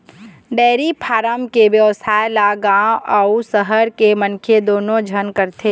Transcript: dairy farm के बेवसाय ल गाँव अउ सहर के मनखे दूनो झन करथे